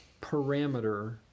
parameter